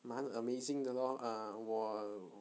蛮 amazing 的 lor ah 我